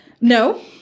No